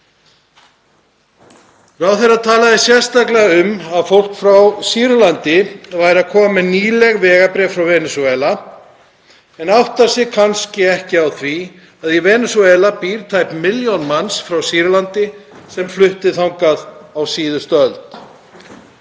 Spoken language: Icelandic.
Ráðherra talaði sérstaklega um að fólk frá Sýrlandi kæmi með nýleg vegabréf frá Venesúela. Hann áttar sig kannski ekki á því að í Venesúela býr tæp milljón manns frá Sýrlandi sem flutti þangað á síðustu öld.